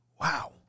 Wow